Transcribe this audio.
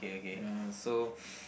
ya so